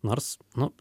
nors nu